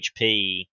HP